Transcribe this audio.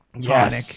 tonic